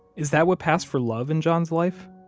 is that what passed for love in john's life?